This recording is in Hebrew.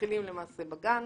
מתחילים למעשה בגן.